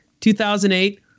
2008